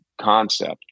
concept